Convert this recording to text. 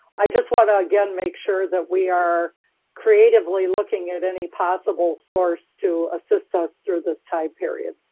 i just want to again, make sure that we are creatively looking at any possible source to assist us through this time period.